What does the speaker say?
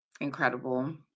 incredible